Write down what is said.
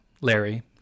larry